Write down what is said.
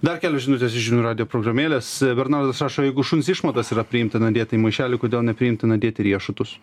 dar kelios žinutės iš žinių radijo programėlės bernardas rašo jeigu šuns išmatas yra priimta dėti į maišelį kodėl nepriimtina dėti riešutus